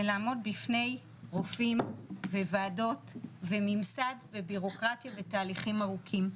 לעמוד בפני רופאים וועדות וממסד וביורוקרטיה ותהליכים ארוכים,